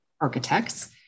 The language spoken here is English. Architects